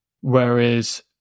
Whereas